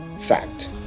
fact